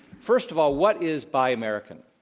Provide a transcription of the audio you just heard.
first of all, what is buy american?